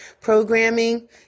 programming